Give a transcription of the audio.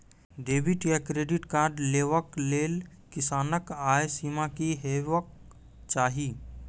Debit या credit card लेवाक लेल किसानक आय सीमा की हेवाक चाही?